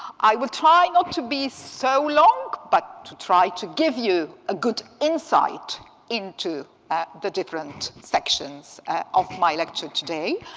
i will try not to be so long, but to try to give you a good insight into the different sections of my lecture today.